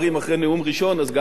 אז גם אחרי נאום אחרון.